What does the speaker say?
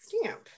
stamp